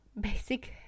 basic